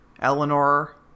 Eleanor